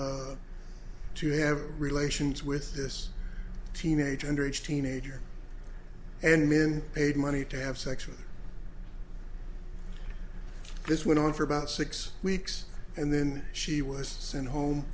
to have relations with this teenage underage teenager and men paid money to have sex with this went on for about six weeks and then she was sent home